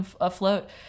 afloat